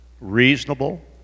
reasonable